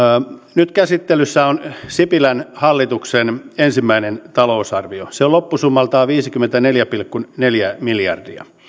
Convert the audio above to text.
nyt käsittelyssä on sipilän hallituksen ensimmäinen talousarvio se on loppusummaltaan viisikymmentäneljä pilkku neljä miljardia